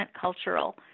cultural